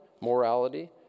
morality